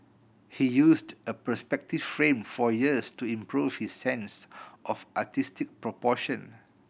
he used a perspective frame for years to improve his sense of artistic proportion